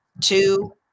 two